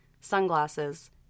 sunglasses